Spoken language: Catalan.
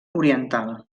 oriental